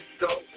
go